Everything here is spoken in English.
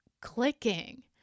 clicking